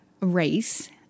race